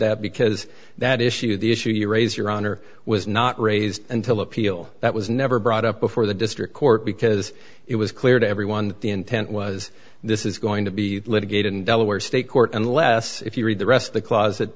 that because that issue the issue you raise your honor was not raised until appeal that was never brought up before the district court because it was clear to everyone the intent was this is going to be litigated in delaware state court unless if you read the rest of the closet